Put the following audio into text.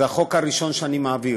זה החוק הראשון שאני מעביר.